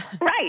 right